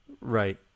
Right